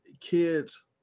kids